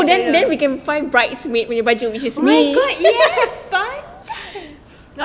oh my god yes pandai